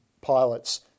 pilots